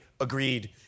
agreed